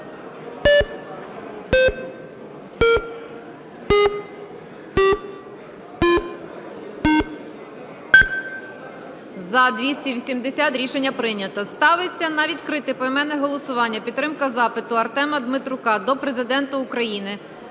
За-280 Рішення прийнято. Ставиться на відкрите поіменне голосування підтримка запиту Артема Дмитрука до Президента України